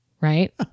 right